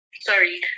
sorry